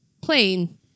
plane